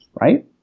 right